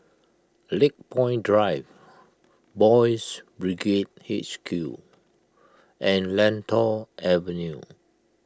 Lakepoint Drive Boys' Brigade H Q and Lentor Avenue